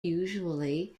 usually